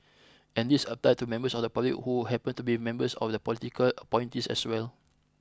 and this applies to members of the public who happen to be members of political appointees as well